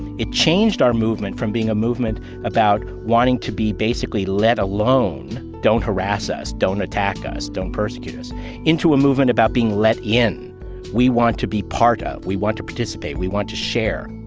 it changed our movement from being a movement about wanting to be basically let alone don't harass us, don't attack us, don't persecute us into a movement about being let in we want to be part of, we want to participate, we want to share